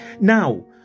Now